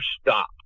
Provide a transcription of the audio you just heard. stop